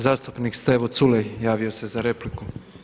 Zastupnik Stevo Culej javio se za repliku.